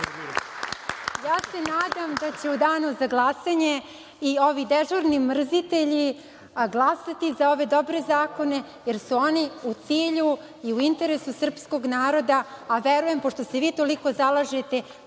se da će u Danu za glasanje i ovi dežurni mrzitelji glasati za ove dobre zakone, jer su oni u cilju i u interesu srpskog naroda, a verujem, pošto se i vi toliko zalažete